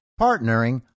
partnering